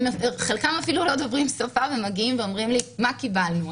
חלקם אפילו לא דוברים שפה ומגיעים ואומרים לי "מה קיבלנו?